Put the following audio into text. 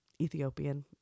Ethiopian